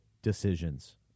decisions